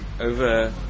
over